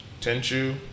Tenchu